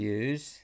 use